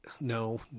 no